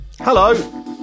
Hello